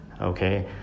okay